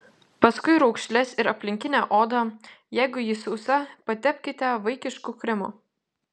paskui raukšles ir aplinkinę odą jeigu ji sausa patepkite vaikišku kremu